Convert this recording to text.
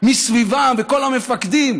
מסביבם וכל המפקדים,